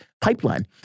pipeline